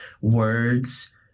words